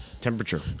temperature